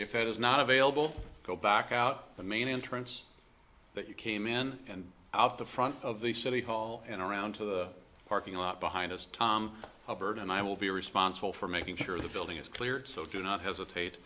it is not available go back out the main entrance that you came in and out the front of the city hall and around to the parking lot behind us tom bird and i will be responsible for making sure the building is clear so do not hesitate